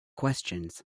questions